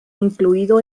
incluido